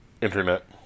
Internet